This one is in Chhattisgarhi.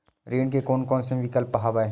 ऋण के कोन कोन से विकल्प हवय?